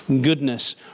goodness